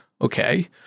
okay